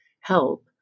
help